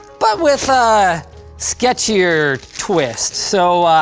but with a sketchier twist. so,